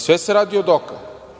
Sve se radi odoka.